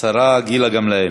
השרה גילה גמליאל.